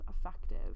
effective